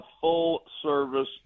full-service